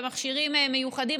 במכשירים מיוחדים.